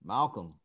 Malcolm